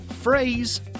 Phrase